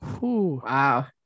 Wow